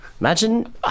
Imagine